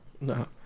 No